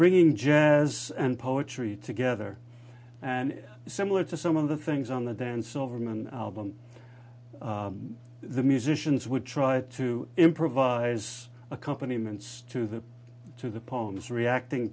bringing jazz and poetry together and similar to some of the things on the dance overman album the musicians would try to improvise a company ment's to the to the poems reacting